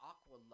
Aqua